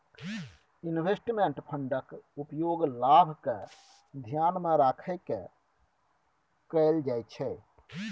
investment फंडक उपयोग लाभ केँ धियान मे राइख कय कअल जाइ छै